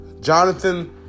Jonathan